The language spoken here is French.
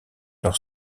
leur